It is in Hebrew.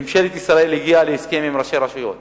ממשלת ישראל הגיעה להסכם עם ראשי הרשויות